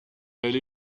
elle